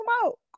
smoke